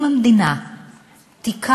אם המדינה תיקח